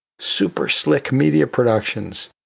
super slick media productions,